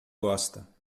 gosta